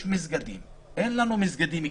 לא יעלה על הדעת שיש מסגדים אין לנו מסגדים קטנים,